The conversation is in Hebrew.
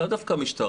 לאו דווקא משטרה,